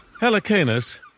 Helicanus